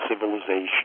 civilization